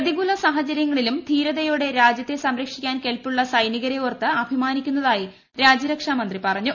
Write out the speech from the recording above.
പ്രതികൂല സാഹചരൃങ്ങളിലും ധീരതയോടെ രാജ്യത്തെ സംരക്ഷിക്കാൻ കെൽപ്പുളള സൈനികരെ ഓർത്ത് അഭിമാനിക്കുന്നതായി രാജ്യരക്ഷാമന്ത്രി പറഞ്ഞു